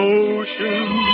ocean